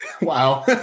Wow